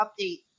update